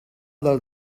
del